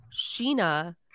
Sheena